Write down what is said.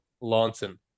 Lawson